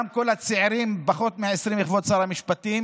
גם כל הצעירים בגיל פחות מ-20, כבוד שר המשפטים,